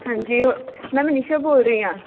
ਹਾਂਜੀ ਉਹ ਮੈਂ ਮਨੀਸ਼ਾ ਬੋਲ ਰਹੀ ਹਾਂ